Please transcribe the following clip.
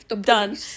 done